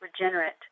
regenerate